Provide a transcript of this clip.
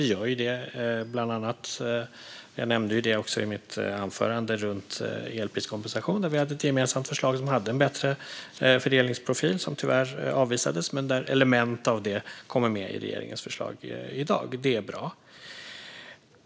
Vi gör ju det redan, bland annat, som jag nämnde i mitt anförande, runt elpriskompensationen. Där hade vi ett gemensamt förslag som hade en bättre fördelningsprofil, som tyvärr avvisades. Men element av det kommer med i regeringens förslag i dag. Det är bra.